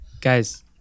Guys